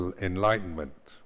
enlightenment